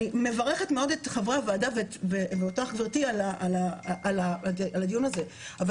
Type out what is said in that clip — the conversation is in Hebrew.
אני מברכת מאוד את חברי הוועדה ואותך גברתי על הדיון הזה אבל